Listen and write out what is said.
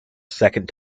second